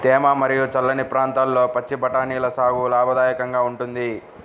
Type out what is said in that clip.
తేమ మరియు చల్లని ప్రాంతాల్లో పచ్చి బఠానీల సాగు లాభదాయకంగా ఉంటుంది